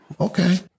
Okay